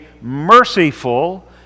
merciful